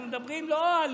אנחנו מדברים לא רק